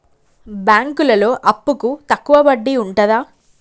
బ్యాంకులలో అప్పుకు తక్కువ వడ్డీ ఉంటదా?